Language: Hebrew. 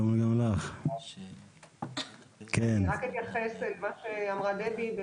אני אתייחס למה שאמרה דבי גילד חיו.